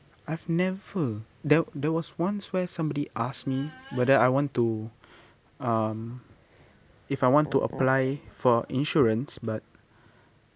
I've never there there was once where somebody asked me whether I want to um if I want to apply for insurance but